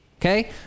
okay